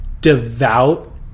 devout